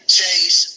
Chase